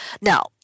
now